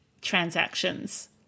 transactions